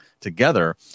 together